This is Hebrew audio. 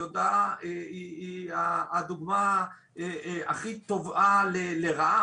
היא הדוגמה הכי טובה לרעה,